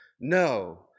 No